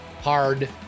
hard